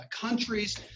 countries